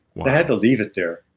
and had to leave it there